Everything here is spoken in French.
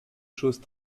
choses